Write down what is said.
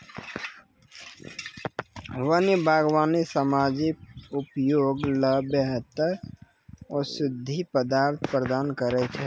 वन्य बागबानी सामाजिक उपयोग ल बेहतर औषधीय पदार्थ प्रदान करै छै